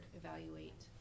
evaluate